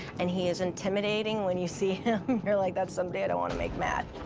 and he is intimidating when you see him. you're like, that's somebody i don't want to make mad.